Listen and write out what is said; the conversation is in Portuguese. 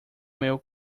meu